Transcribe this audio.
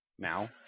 Now